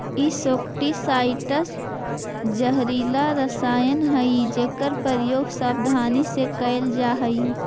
insecticides जहरीला रसायन हई जेकर प्रयोग सावधानी से कैल जा हई